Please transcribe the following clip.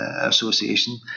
Association